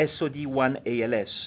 SOD1-ALS